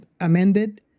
amended